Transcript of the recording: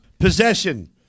Possession